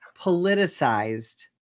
politicized